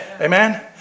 Amen